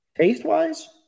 Taste-wise